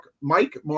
Mike